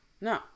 No